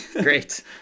great